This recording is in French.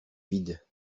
vide